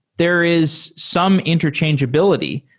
there is some interchangeability.